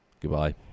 goodbye